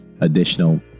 additional